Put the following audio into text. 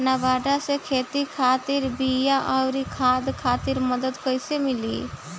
नाबार्ड से खेती खातिर बीया आउर खाद खातिर मदद कइसे मिली?